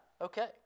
Okay